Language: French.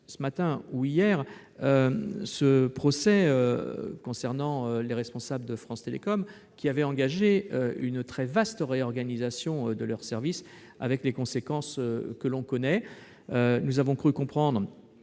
sur le procès des responsables de France Télécom qui avaient engagé une très vaste réorganisation de leurs services, avec les conséquences que l'on connaît. Nous avons cru comprendre